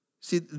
See